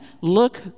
look